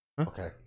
Okay